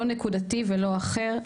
לא נקודתי ולא אחר.